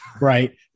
right